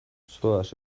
zoaz